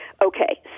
Okay